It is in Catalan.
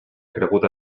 cregut